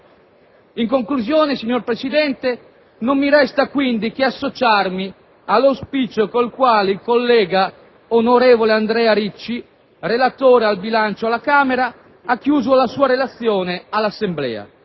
In conclusione, signor Presidente, non mi resta che associarmi all'auspicio con il quale il collega onorevole Andrea Ricci, relatore sul bilancio alla Camera, ha chiuso la sua relazione all'Assemblea,